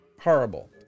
horrible